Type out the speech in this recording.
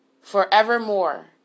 Forevermore